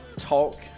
talk